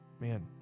Man